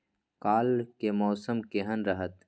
काल के मौसम केहन रहत?